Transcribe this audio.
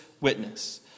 witness